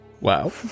Wow